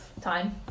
Time